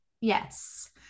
Yes